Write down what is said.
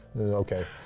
Okay